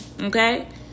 Okay